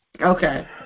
Okay